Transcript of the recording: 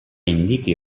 indiqui